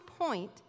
point